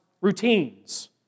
routines